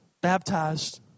baptized